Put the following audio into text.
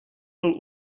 byl